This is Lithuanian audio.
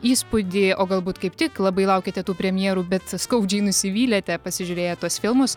įspūdį o galbūt kaip tik labai laukiate tų premjerų bet skaudžiai nusivylėte pasižiūrėję tuos filmus